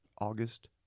August